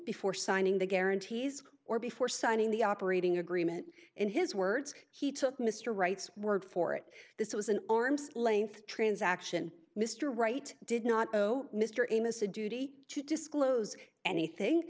before signing the guarantees or before signing the operating agreement in his words he took mr wright's word for it this was an arm's length transaction mr right did not owe mr amos a duty to disclose anything